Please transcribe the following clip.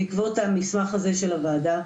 בעקבות המסמך הזה של הוועדה,